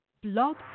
Blog